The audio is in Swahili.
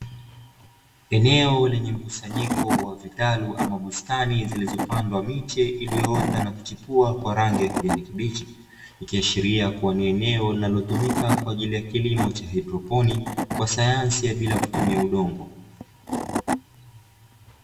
Eneo lenye mkusanyiko wa vitalu ama bustani zilizopandwa miche iliyoota na kuchepua kwa rangi ya kijani kibichi, ikiashiria kuwa ni eneo linalotumika kwa ajili ya kilimo cha haidroponi kwa sayansi ya bila kutumia udongo.